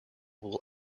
will